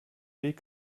weg